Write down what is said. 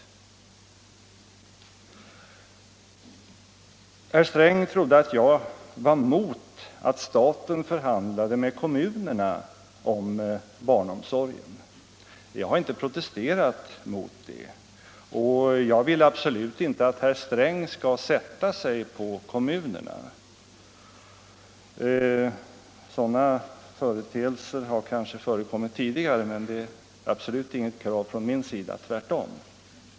Herr Sträng trodde att jag var emot att staten förhandlade med kommunerna om barnomsorgen. Jag har inte protesterat mot det, och jag vill absolut inte att herr Sträng skall sätta sig på kommunerna — sådant har kanske förekommit tidigare, men det är absolut inget krav från min sida, tvärtom.